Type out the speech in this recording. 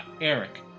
Eric